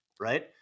right